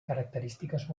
característiques